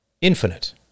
infinite